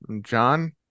John